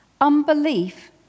unbelief